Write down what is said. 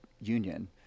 Union